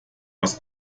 was